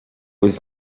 was